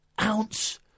ounce